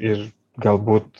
ir galbūt